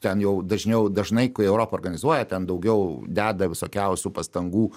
ten jau dažniau dažnai kai europa organizuoja ten daugiau deda visokiausių pastangų